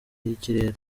y’ikirere